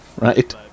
Right